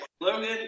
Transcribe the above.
Logan